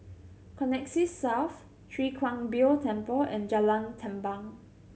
Connexis South Chwee Kang Beo Temple and Jalan Tampang